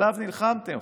עליו נלחמתם.